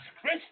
Chris